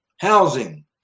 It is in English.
housing